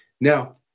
Now